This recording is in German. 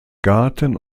garten